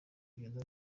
kugenda